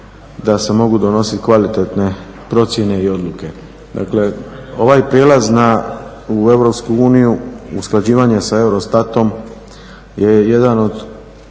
da se mogu donositi kvalitetne procjene i odluke. Dakle, ovaj prijelaz u EU, usklađivanje sa eurostatom je jedan od